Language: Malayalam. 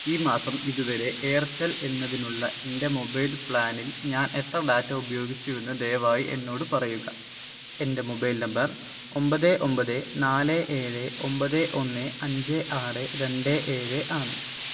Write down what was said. ഈ മാസം ഇതുവരെ എയർസെൽ എന്നതിലുള്ള എൻ്റെ മൊബൈൽ പ്ലാനിൽ ഞാൻ എത്ര ഡാറ്റ ഉപയോഗിച്ചുവെന്ന് ദയവായി എന്നോട് പറയുക എൻ്റെ മൊബൈൽ നമ്പർ ഒമ്പത് ഒമ്പത് നാല് ഏഴ് ഒമ്പത് ഒന്ന് അഞ്ച് ആറ് രണ്ട് ഏഴ് ആണ്